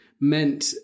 meant